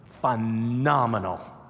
phenomenal